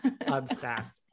Obsessed